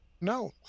No